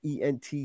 ENT